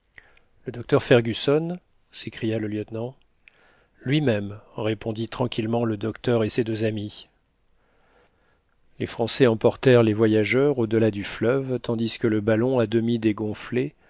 le docteur fergusson s'écria le lieutenant lui-même répondit tranquillement le docteur et ses deux amis les français emportèrent les voyageurs au delà du fleuve tandis que le ballon à demi dégonflé